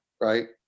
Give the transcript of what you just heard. Right